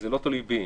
זה לא תלוי בי.